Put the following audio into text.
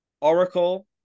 Oracle